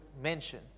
mention